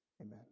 amen